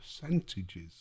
percentages